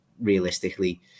realistically